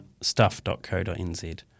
stuff.co.nz